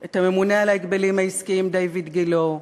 את הממונה על ההגבלים העסקיים דיויד גילה,